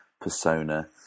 persona